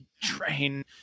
train